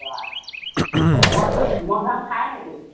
ল'ৰা মদ মদ ভাং খায় নেকি